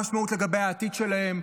מה המשמעות לגבי העתיד שלהם?